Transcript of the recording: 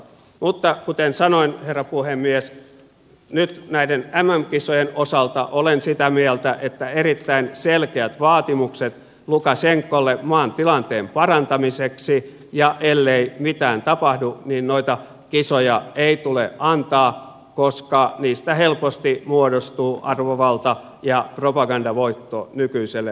mutta kuten sanoin herra puhemies nyt näiden mm kisojen osalta olen sitä mieltä että tulee asettaa erittäin selkeät vaatimukset lukasenkalle maan tilanteen parantamiseksi ja ellei mitään tapahdu niin noita kisoja ei tule antaa koska niistä helposti muodostuu arvovalta ja propagandavoitto nykyiselle diktaattorille